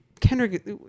Kendrick